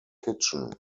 kitchen